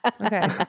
Okay